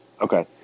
Okay